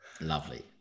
Lovely